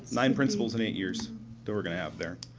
nine principals in eight years that we're going to have there.